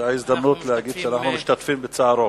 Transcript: זו ההזדמנות להגיד שאנחנו משתתפים בצערו.